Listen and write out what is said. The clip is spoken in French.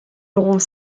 auront